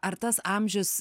ar tas amžius